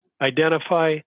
identify